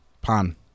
Pan